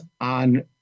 on